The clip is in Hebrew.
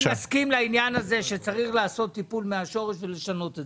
אני מסכים לכך שצריך לעשות טיפול מהשורש ולשנות את